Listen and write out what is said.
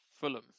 Fulham